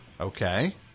Okay